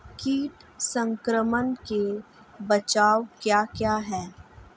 कीट संक्रमण के बचाव क्या क्या हैं?